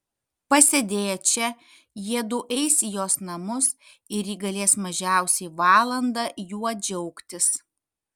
pasėdėję čia jiedu eis į jos namus ir ji galės mažiausiai valandą juo džiaugtis